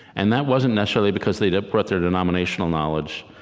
and that wasn't necessarily because they they brought their denominational knowledge,